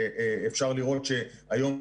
אפשר לראות שהיום,